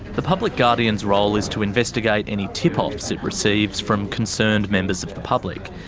the public guardian's role is to investigate any tip-offs it receives from concerned members of the public.